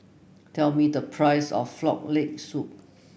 tell me the price of Frog Leg Soup